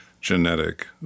genetic